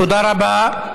תודה רבה.